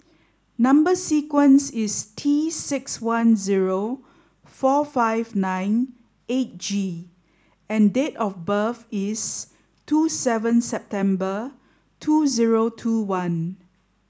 number sequence is T six one zero four five nine eight G and date of birth is two seven September two zero two one